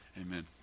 Amen